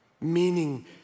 Meaning